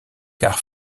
car